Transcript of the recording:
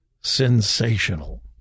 sensational